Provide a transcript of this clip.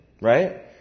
Right